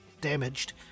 damaged